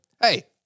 Hey